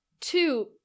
Two